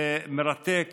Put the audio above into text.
זה מרתק